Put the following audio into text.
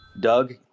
Doug